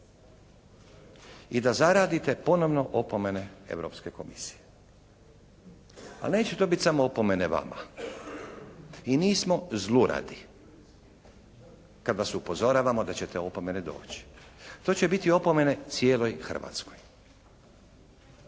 I da zaradite ponovo opomene Europske komisije. Ali neće to biti samo opomene vama. I nismo zluradi kad vas upozoravamo da će te opomene doći. To će biti opomene cijeloj Hrvatskoj.